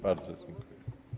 Bardzo dziękuję.